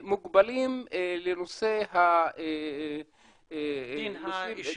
מוגבלות לנושא הדין האישי.